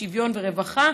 השוויון והרווחה,